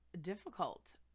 difficult